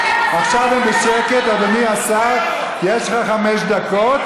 עכשיו הם בשקט, אדוני השר, יש לך חמש דקות.